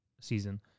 season